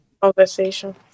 conversation